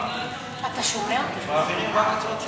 מתנצלת, איציק,